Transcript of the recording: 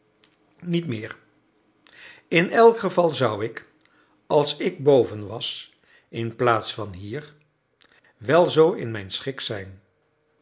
niet meer in elk geval zou ik als ik boven was inplaats van hier wel zoo in mijn schik zijn